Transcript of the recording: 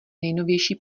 nejnovější